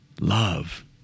love